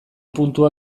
puntua